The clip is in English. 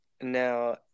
Now